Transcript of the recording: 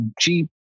Jeep